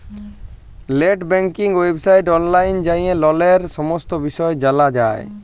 late banking ওয়েবসাইটে অললাইল যাঁয়ে ললের সমস্ত বিষয় জালা যায়